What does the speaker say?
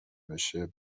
بشه